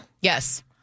Yes